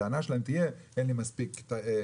כשהטענה שלהם תהיה: אין לי מספיק תשתיות,